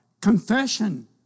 confession